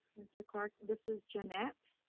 mr. clark, this is jeannette.